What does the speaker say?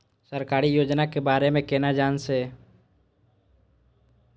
सरकारी योजना के बारे में केना जान से?